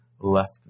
left